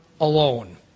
alone